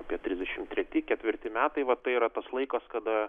apie trisdešimt treti ketvirti metai va tai yra tas laikas kada